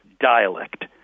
dialect